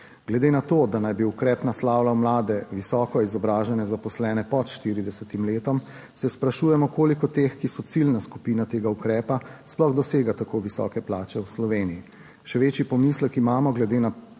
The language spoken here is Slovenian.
Glede na to, da naj bi ukrep naslavljal mlade, visoko izobražene, zaposlene pod 40. letom, se sprašujemo, koliko teh, ki so ciljna skupina tega ukrepa sploh dosega tako visoke plače v Sloveniji. Še večji pomislek imamo glede